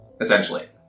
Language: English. essentially